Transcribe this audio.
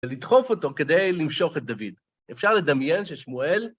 ולדחוף אותו כדי למשוך את דוד. אפשר לדמיין ששמואל...